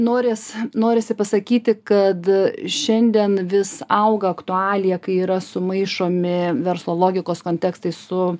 noris norisi pasakyti kad šiandien vis auga aktualija kai yra sumaišomi verslo logikos kontekstai su